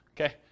Okay